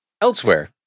elsewhere